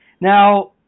Now